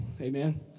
amen